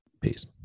peace